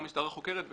הייתה משטרה חוקרת.